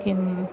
किम्